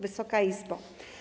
Wysoka Izbo!